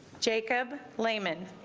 jacob lamons